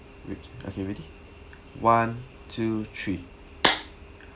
which okay ready one two three